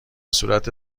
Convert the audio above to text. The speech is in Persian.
صورت